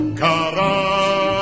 kara